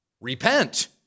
Repent